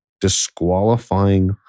disqualifying